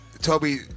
Toby